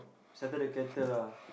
settle the kettle lah